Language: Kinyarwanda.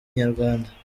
inyarwanda